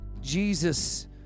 Jesus